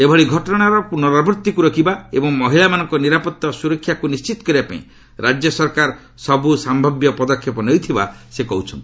ଏଭଳି ଘଟଣାର ପୁନରାବୂତ୍ତିକୁ ରୋକିବା ଏବଂ ମହିଳାମାନଙ୍କ ନିରାପତ୍ତା ଓ ସୁରକ୍ଷାକୁ ନିର୍ଜିତ କରିବାପାଇଁ ରାଜ୍ୟ ସରକାର ସବୁ ସମ୍ଭାବ୍ୟ ପଦକ୍ଷେପ ନେଉଥିବା ସେ କହିଛନ୍ତି